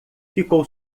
ficou